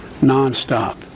nonstop